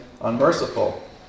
unmerciful